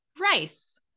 Rice